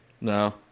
No